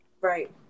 Right